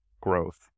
growth